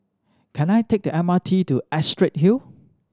can I take the M R T to Astrid Hill